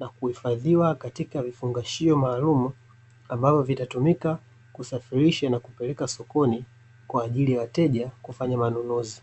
na kuhifadhia katika vifungashio maalumu, ambavyo vitatumika kusafirisha na kupelekwa sokoni kwa ajili ya wateja kufanya manunuzi.